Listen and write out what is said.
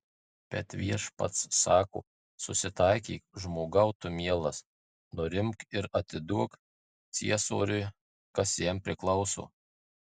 bet viešpats sako susitaikyk žmogau tu mielas nurimk ir atiduok ciesoriui kas jam priklauso